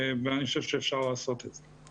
ואני חושב שאפשר לעשות את זה.